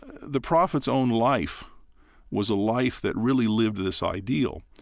the prophet's own life was a life that really lived this ideal.